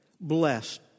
blessed